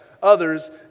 others